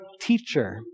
teacher